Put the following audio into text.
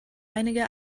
einige